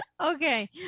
Okay